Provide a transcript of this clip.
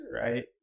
right